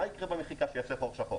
מה יקרה במחיקה שיעשה חור שחור?